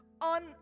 on